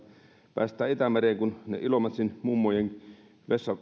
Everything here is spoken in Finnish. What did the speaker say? päästää itämereen kun ne ilomantsin mummojen